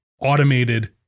automated